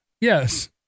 Yes